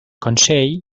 consell